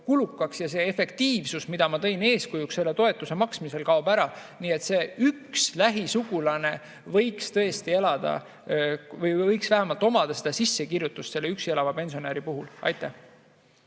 kulukaks ja see efektiivsus, mida ma tõin eeskujuks selle toetuse maksmisel, kaob ära. See üks lähisugulane võiks tõesti vähemalt omada sissekirjutust selle üksi elava pensionäri puhul. Kersti